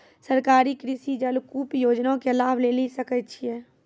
सरकारी कृषि जलकूप योजना के लाभ लेली सकै छिए?